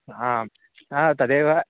आं हा तदेव